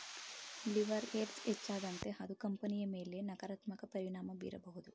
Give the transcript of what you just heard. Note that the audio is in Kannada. ಲಿವರ್ಏಜ್ ಹೆಚ್ಚಾದಂತೆ ಅದು ಕಂಪನಿಯ ಮೇಲೆ ನಕಾರಾತ್ಮಕ ಪರಿಣಾಮ ಬೀರಬಹುದು